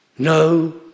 no